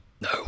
No